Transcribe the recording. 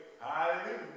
Hallelujah